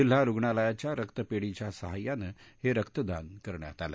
जिल्हा रूग्णालयाच्या रक्त पेढीच्या सहाय्यानं हे रक्तदान करण्यात आलं